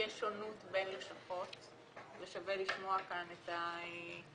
יש שונות בין לשכות ושווה לשמוע כאן את הנוכחים,